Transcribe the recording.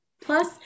Plus